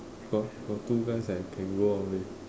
but but two guys ah can go out leh